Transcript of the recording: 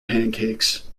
pancakes